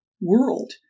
world